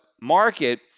market